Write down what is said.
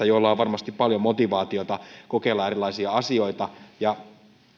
ihmisistä joilla on varmasti paljon motivaatiota kokeilla erilaisia asioita